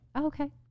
okay